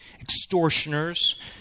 Extortioners